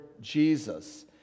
Jesus